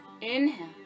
Inhale